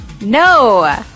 No